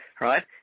right